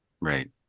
Right